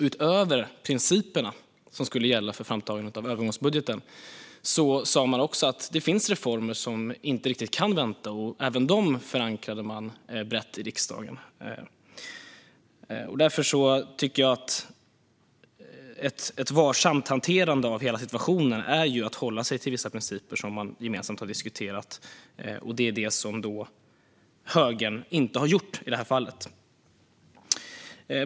Utöver principerna som skulle gälla för framtagandet av övergångsbudgeten sa man också att det finns reformer som inte riktigt kan vänta. Även dem förankrade man brett i riksdagen. Därför är ett varsamt hanterande av hela situationen att hålla sig till vissa principer som man gemensamt har diskuterat. Det är vad högern inte har gjort i det här fallet.